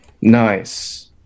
Nice